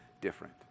different